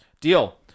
Deal